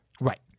Right